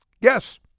Yes